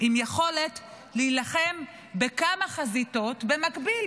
עם יכולת להילחם בכמה חזיתות במקביל,